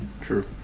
True